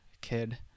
kid